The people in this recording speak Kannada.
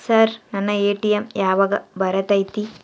ಸರ್ ನನ್ನ ಎ.ಟಿ.ಎಂ ಯಾವಾಗ ಬರತೈತಿ?